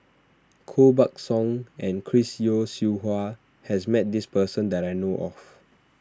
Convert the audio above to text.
Koh Buck Song and Chris Yeo Siew Hua has met this person that I know of